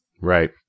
Right